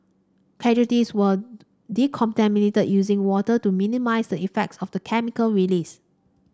casualties were decontaminated using water to minimise the effects of the chemical release